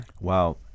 Wow